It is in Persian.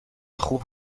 خوب